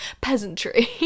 Peasantry